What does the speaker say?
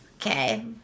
okay